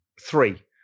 Three